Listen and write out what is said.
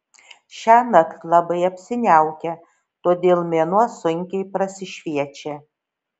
šiąnakt labai apsiniaukę todėl mėnuo sunkiai prasišviečia